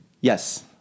Yes